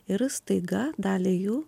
ir staiga daliai jų